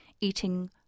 eating